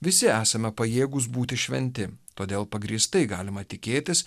visi esame pajėgūs būti šventi todėl pagrįstai galima tikėtis